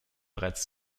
bereits